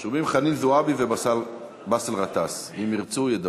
רשומים חנין זועבי ובאסל גטאס, אם ירצו, ידברו.